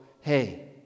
Hey